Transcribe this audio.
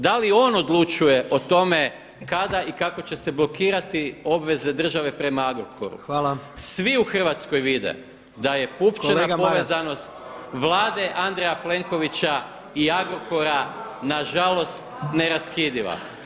Da li on odlučuje o tome kada i kako će se blokirati obveze države prema Agrokoru? [[Upadica Jandroković: Hvala.]] Svi u Hrvatskoj vide da je [[Upadica Jandroković: Kolega Maras…]] pupčana povezanost Vlade Andreja Plenkovića i Agrokora na žalost neraskidiva.